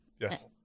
yes